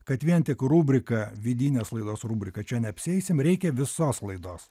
kad vien tik rubrika vidinės laidos rubrika čia neapsieisim reikia visos laidos